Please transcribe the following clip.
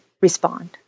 respond